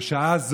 בשעה הזאת,